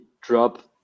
drop